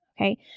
Okay